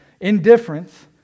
Indifference